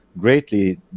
greatly